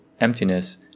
emptiness